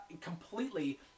completely